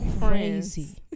crazy